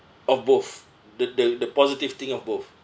of both the the the positive thing of both